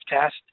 test